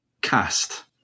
Cast